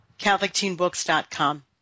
Catholicteenbooks.com